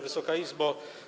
Wysoka Izbo!